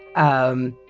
um,